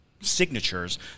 signatures